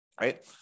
right